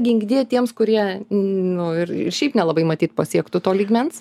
ginkdie tiems kurie nu ir ir šiaip nelabai matyt pasiektų to lygmens